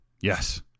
Yes